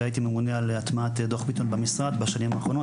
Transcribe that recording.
והייתי ממונה על הטמעת דו"ח ביטון במשרד בשנים האחרונות,